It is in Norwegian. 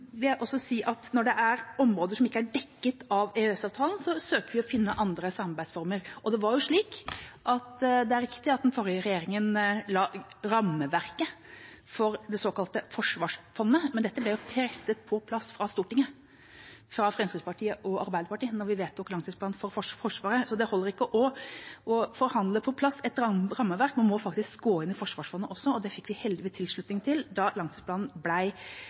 vil også si at når det er områder som ikke er dekket av EØS-avtalen, søker vi å finne andre samarbeidsformer. Det er riktig at den forrige regjeringen la rammeverket for det såkalte forsvarsfondet, men dette ble jo presset på plass av Stortinget – av Fremskrittspartiet og Arbeiderpartiet – da vi vedtok langtidsplanen for Forsvaret. Det holder ikke å forhandle på plass et rammeverk, man må faktisk gå inn i forsvarsfondet også, og det fikk vi heldigvis tilslutning til da langtidsplanen